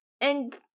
And-